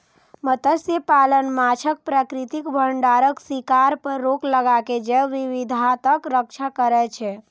मत्स्यपालन माछक प्राकृतिक भंडारक शिकार पर रोक लगाके जैव विविधताक रक्षा करै छै